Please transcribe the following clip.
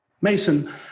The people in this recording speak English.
Mason